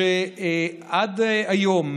שעד היום,